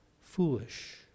Foolish